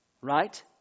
right